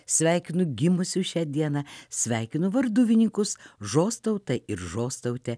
sveikinu gimusius šią dieną sveikinu varduvininkus žostautą ir žostautę